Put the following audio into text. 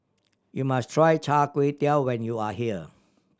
you must try Char Kway Teow when you are here